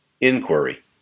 inquiry